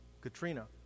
Katrina